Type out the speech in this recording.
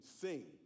sing